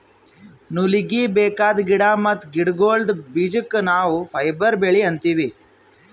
ನೂಲೀಗಿ ಬೇಕಾದ್ ಗಿಡಾ ಮತ್ತ್ ಗಿಡಗೋಳ್ದ ಬೀಜಕ್ಕ ನಾವ್ ಫೈಬರ್ ಬೆಳಿ ಅಂತೀವಿ